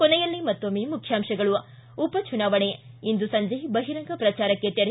ಕೊನೆಯಲ್ಲಿ ಮತ್ತೊಮ್ನೆ ಮುಖ್ಯಾಂಶಗಳು ಉಪಚುನಾವಣೆ ಇಂದು ಸಂಜೆ ಬಹಿಂರಂಗ ಪ್ರಚಾರಕ್ಕೆ ತೆರೆ